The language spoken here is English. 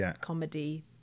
comedy